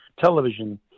television